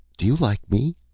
do you like me?